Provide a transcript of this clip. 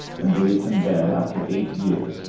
and believed him dead after eight years,